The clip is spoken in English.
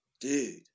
dude